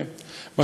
את יודעת,